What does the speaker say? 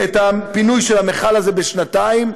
הפינוי של המכל הזה בשנתיים,